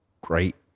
Great